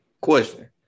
Question